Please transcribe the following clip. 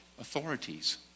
authorities